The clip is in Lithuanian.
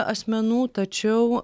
asmenų tačiau